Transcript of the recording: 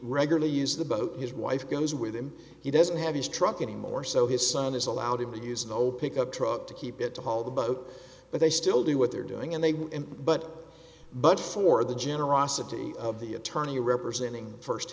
regularly use the boat his wife goes with him he doesn't have his truck anymore so his son is allowed to use no pickup truck to keep it to haul the boat but they still do what they're doing and they were in but but for the generosity of the attorney representing the first